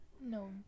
No